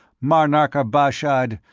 marnark of bashad,